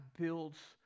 builds